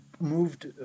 moved